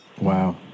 wow